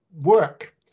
work